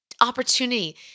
opportunity